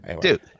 dude